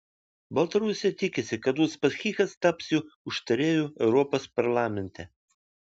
baltarusija tikisi kad uspaskichas taps jų užtarėju europos parlamente